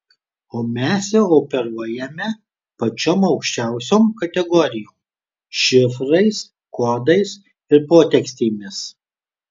o mes jau operuojame pačiom aukščiausiom kategorijom šifrais kodais ir potekstėmis